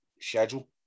schedule